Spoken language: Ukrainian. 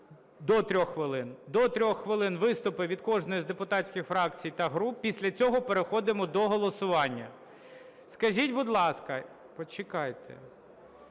до 3 хвилин, до 3 хвилин – виступи від кожної з депутатських фракцій та груп. Після цього переходимо до голосування. Скажіть, будь ласка…? Почекайте.